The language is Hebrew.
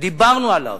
ודיברנו עליהם,